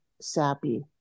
sappy